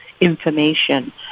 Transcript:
information